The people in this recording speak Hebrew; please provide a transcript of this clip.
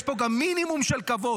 יש פה גם מינימום של כבוד.